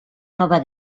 nova